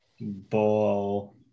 ball